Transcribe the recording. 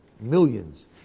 millions